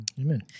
Amen